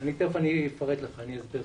תכף אני אסביר לך.